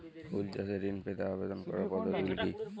ফুল চাষে ঋণ পেতে আবেদন করার পদ্ধতিগুলি কী?